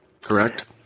correct